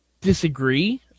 disagree